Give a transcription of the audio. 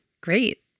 Great